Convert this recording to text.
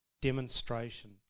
demonstration